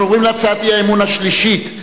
אנחנו עוברים להצעת האי-אמון השלישית,